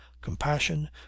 compassion